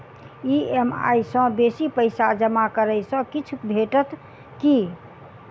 EMI सँ बेसी पैसा जमा करै सँ किछ छुट भेटत की?